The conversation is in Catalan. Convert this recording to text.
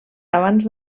abans